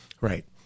Right